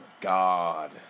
God